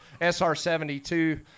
SR-72